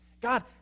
God